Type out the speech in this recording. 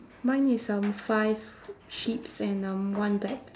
mine is um five sheeps and um one black